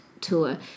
tour